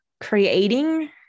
creating